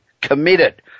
committed